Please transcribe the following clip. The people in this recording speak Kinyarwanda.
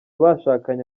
bashakanye